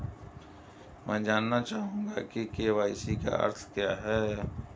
मैं जानना चाहूंगा कि के.वाई.सी का अर्थ क्या है?